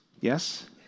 Yes